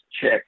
check